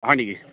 হয় নেকি